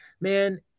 Man